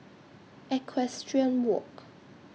Equestrian Walk